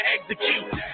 execute